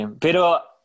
Pero